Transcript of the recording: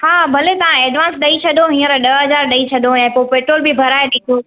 हा भले तव्हां एडवांस ॾई छॾियो हीअंर ॾह हज़ार ॾई छॾियो ऐं पोइ पेट्रोल बि भराए ॾिजो